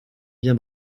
bien